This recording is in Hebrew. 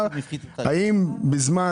-- האם בזמן